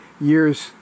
Years